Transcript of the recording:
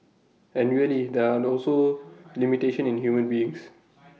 and really there are also limitation in human beings